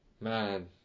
Man